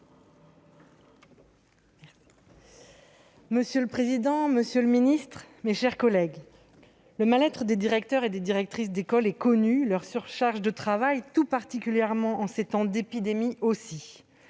Monsieur le président, monsieur le ministre, mes chers collègues, le mal-être des directeurs et des directrices d'école est connu, tout comme l'est leur surcharge de travail, particulièrement en ces temps d'épidémie.